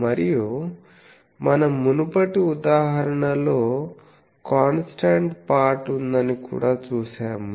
మరియు మనం మునుపటి ఉదాహరణలో కాన్స్టాంట్ పార్ట్ ఉందని కూడా చూశాము